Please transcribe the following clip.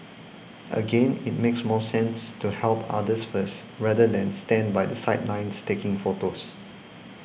again it makes more sense to help others first rather than stand by the sidelines taking photos